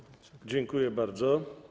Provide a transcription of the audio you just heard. Dziękuję bardzo.